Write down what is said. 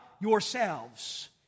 Yourselves